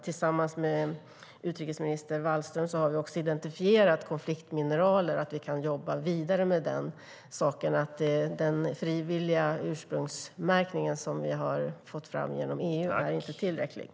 Tillsammans med utrikesminister Wallström har vi också identifierat konfliktmineraler. Vi kan jobba vidare med den saken. Den frivilliga ursprungsmärkning som vi har fått fram genom EU är inte tillräcklig.